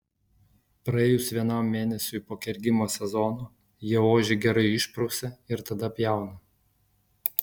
praėjus vienam mėnesiui po kergimo sezono jie ožį gerai išprausia ir tada pjauna